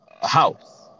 house